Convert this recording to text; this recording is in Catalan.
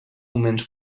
moments